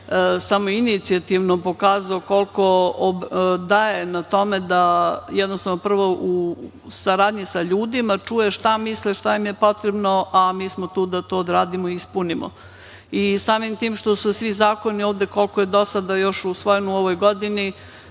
samoinicijativno pokazao koliko daje na tome da prvo u saradnji sa ljudima čuje šta misle, šta im je potrebno, a mi smo tu da to odradimo i ispunimo. Samim tim što su svi zakoni ovde, koliko je dosada još usvojeno u ovoj godini,